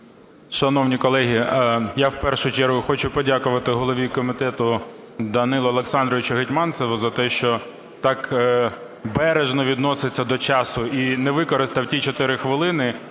Шановні колеги, я в першу чергу хочу подякувати голові комітету Данилу Олександровичу Гетманцеву за те, що так бережно відноситься до часу і не використав ті 4 хвилини.